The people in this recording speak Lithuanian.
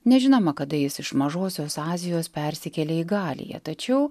nežinoma kada jis iš mažosios azijos persikėlė į galiją tačiau